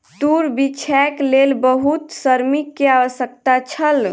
तूर बीछैक लेल बहुत श्रमिक के आवश्यकता छल